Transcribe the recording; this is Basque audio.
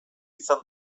izan